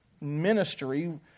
ministry